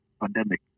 pandemic